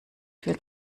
viel